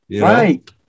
Right